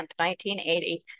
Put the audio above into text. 1980